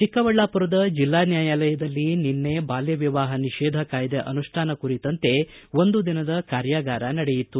ಚಿಕ್ಕಬಳ್ಳಾಪುರದ ಜಿಲ್ಲಾ ನ್ಯಾಯಾಲಯದಲ್ಲಿ ನಿನ್ನೆ ಬಾಲ್ಯ ವಿವಾಹ ನಿಷೇಧ ಕಾಯ್ದೆ ಅನುಷ್ಠಾನ ಕುರಿತಂತೆ ಒಂದು ದಿನದ ಕಾರ್ಯಾಗಾರ ನಡೆಯಿತು